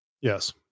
Yes